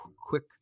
quick